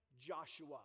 Joshua